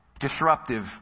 disruptive